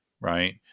right